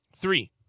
Three